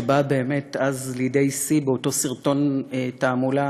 שבאה באמת לידי שיא באותו סרטון תעמולה